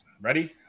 ready